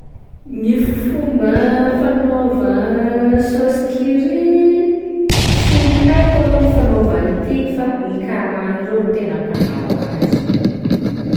Gny fomba fanaova saosy curry, tsy haiko aloha fanaova an'tiky fa ny karana reo ro tena mpanao azy.